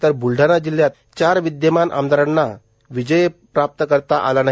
तर ब्लढाणा जिल्हयात चार विद्यमान आमदारांना विजय प्राप्त करता आला नाही